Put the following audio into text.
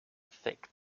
thick